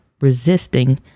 resisting